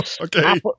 okay